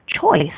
Choice